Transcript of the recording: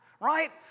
right